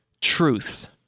truth